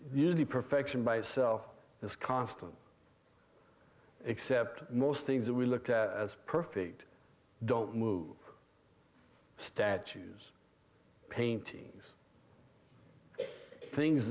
the perfection by itself is constant except most things that we look at as perfect don't move statues paintings things